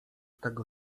tego